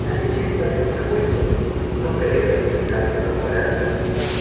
la leyenda del sabueso no creo semejante disparate